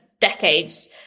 decades